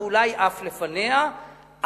ואולי אף לפני כן,